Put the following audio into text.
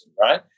right